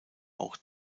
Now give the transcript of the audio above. auch